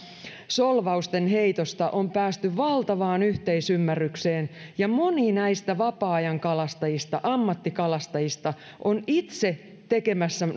solvausten heitosta on päästy valtavaan yhteisymmärrykseen ja moni näistä vapaa ajankalastajista ja ammattikalastajista on itse tekemässä